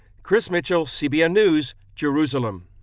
chris mitchell, cbn news, jerusalem.